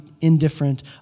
indifferent